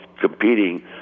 competing